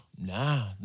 Nah